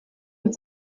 und